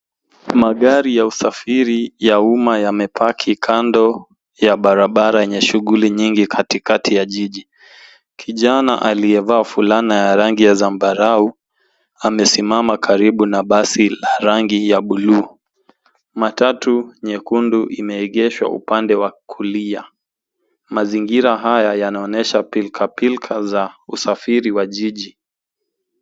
Magari ya usafiri ya umma yamepaki kando ya barabara yenye shughuli nyingi katikati jiji. Kijana aliyevaa fulana ya rangi ya zambarau, amesimama karibu na basi la rangi ya buluu. Matatu nyekundu imeegeshwa upande wa kulia. Mazingira haya yanaonyesha pilikapilika za usafiri wa jiji.